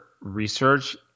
research